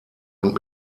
und